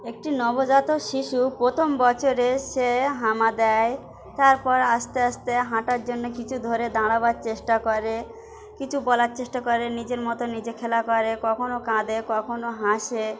একটি নবজাত শিশু প্রথম বছরে সে হামা দেয় তারপর আস্তে আস্তে হাঁটার জন্য কিছু ধরে দাঁড়াবার চেষ্টা করে কিছু বলার চেষ্টা করে নিজের মতো নিজে খেলা করে কখনও কাঁদে কখনও হাসে